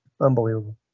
Unbelievable